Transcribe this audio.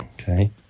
Okay